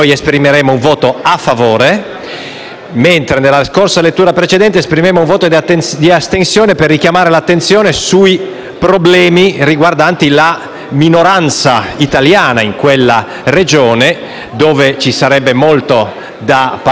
mentre nella scorsa lettura esprimemmo un voto di astensione per richiamare l'attenzione sui problemi riguardanti la minoranza italiana in quella Regione, di cui ci sarebbe molto da parlare per la sua tutela.